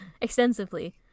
Extensively